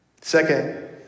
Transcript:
Second